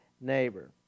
neighbor